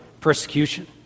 persecution